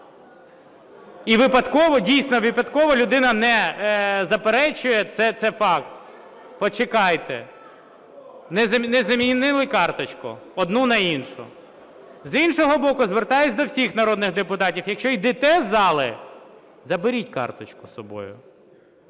І випадково, дійсно випадково, людина не заперечує, це факт… Почекайте. Не замінили карточку одну на іншу. З іншого боку, звертаюсь до всіх народних депутатів: якщо йдете з зали, заберіть карточку з собою.